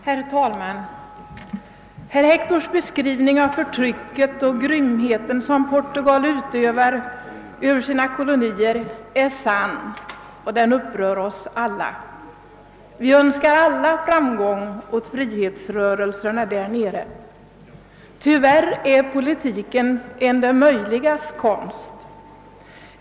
Herr talman! Herr Hectors beskrivning av det förtryck och den grymhet, som Portugal utövar i sina kolonier, är sann och den upprör oss alla. Vi önskar alla framgång åt frihetsrörelserna där nere. Men tyvärr är politiken en det möjligas honst.